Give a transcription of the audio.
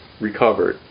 recovered